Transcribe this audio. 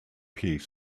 piece